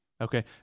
Okay